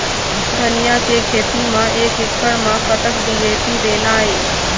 धनिया के खेती म एक एकड़ म कतक डी.ए.पी देना ये?